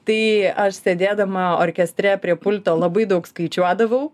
tai aš sėdėdama orkestre prie pulto labai daug skaičiuodavau